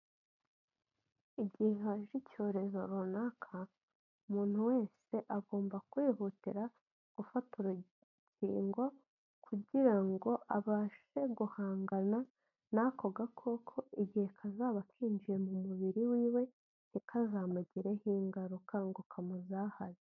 Igihe haje icyorezo runaka, umuntu wese agomba kwihutira gufata urukingo kugira ngo abashe guhangana n'ako gakoko igihe kazaba kinjiye mu mubiri wiwe, ntikazamugireho ingaruka ngo kamuzahaze.